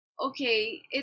okay